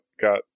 got